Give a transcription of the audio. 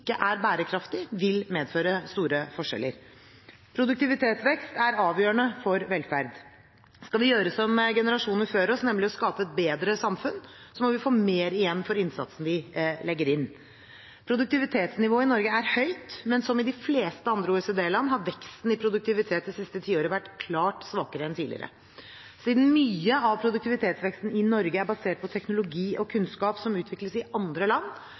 er bærekraftig, vil medføre store forskjeller. Produktivitetsvekst er avgjørende for velferd. Skal vi gjøre som generasjonene før oss, nemlig å skape et bedre samfunn, må vi få mer igjen for innsatsen vi legger inn. Produktivitetsnivået i Norge er høyt, men som i de fleste andre OECD-land har veksten i produktiviteten det siste tiåret vært klart svakere enn tidligere. Siden mye av produktivitetsveksten i Norge er basert på teknologi og kunnskap som utvikles i andre land,